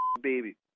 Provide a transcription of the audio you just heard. baby